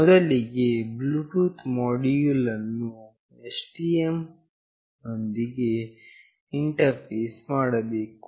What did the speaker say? ಮೊದಲಿಗೆ Bluetooth module ಅನ್ನು STM ನೊಂದಿಗೆ ಇಂಟರ್ಫೇಸ್ ಮಾಡಬೇಕು